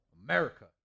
America